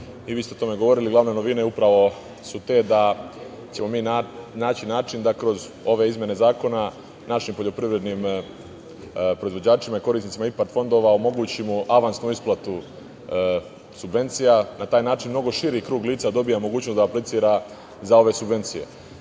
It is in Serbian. i vi ste o tome govorili. Glavne novine su te da ćemo mi naći način da kroz ove izmene zakona našim poljoprivrednim proizvođačima i korisnicima IPARD fondova omogućimo avansnu isplatu subvencija. Na taj način mnogo širi krug lica dobija mogućnost da aplicira za ove subvencije,